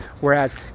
Whereas